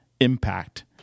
impact